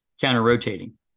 counter-rotating